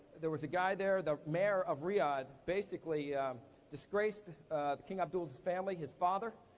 there was a guy there, the mayor of riyadh, basically disgraced king abdul's family, his father,